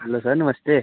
भल्ला साह्ब नमस्ते